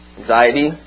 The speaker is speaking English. anxiety